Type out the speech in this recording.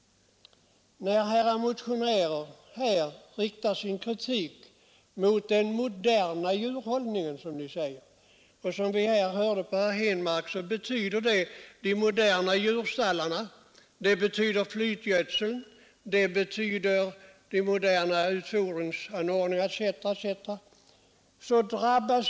När motionärerna här riktar sin kritik mot den moderna djurhållningen — som de säger — betyder det att man kritiserar de moderna djurstallarna, flytgödseln, de moderna utfordringsanordningarna osv.